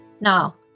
Now